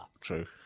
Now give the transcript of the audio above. True